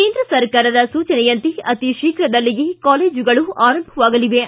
ಕೇಂದ್ರ ಸರಕಾರದ ಸೂಚನೆಯಂತೆ ಅತಿ ಶೀಘದಲ್ಲಿಯೇ ಕಾಲೇಜುಗಳು ಆರಂಭವಾಗಲಿವೆ